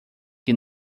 que